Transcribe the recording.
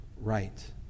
right